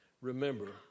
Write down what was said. remember